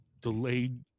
delayed